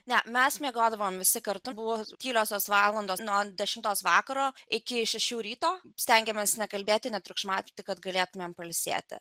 ne mes miegodavom visi kartu buvo tyliosios valandos nuo dešimtos vakaro iki šešių ryto stengiamės nekalbėti netriukšmauti tik kad galėtumėm pailsėti